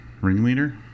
ringleader